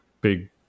big